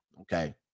Okay